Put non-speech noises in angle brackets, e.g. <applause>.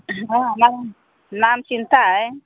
<unintelligible> नाम चिन्हता है